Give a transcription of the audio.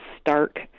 stark